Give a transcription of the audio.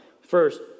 First